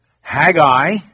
Haggai